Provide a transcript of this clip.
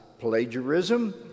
plagiarism